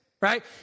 right